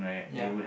ya